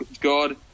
God